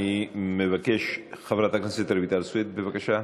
אני מבקש, חברת הכנסת רויטל סויד, בבקשה.